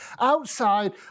outside